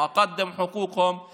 ביום הבין-לאומי לזכויות אנשים עם צרכים